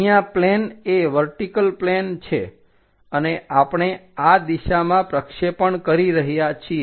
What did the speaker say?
અહીંયા પ્લેન એ vertical plane છે અને આપણે આ દિશામાં પ્રક્ષેપણ કરી રહ્યા છીએ